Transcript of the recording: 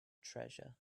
treasure